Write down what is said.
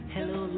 Hello